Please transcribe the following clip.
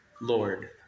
Lord